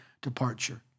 departure